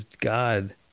God